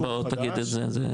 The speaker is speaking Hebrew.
אז בוא תגיד את זה,